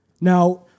Now